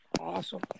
Awesome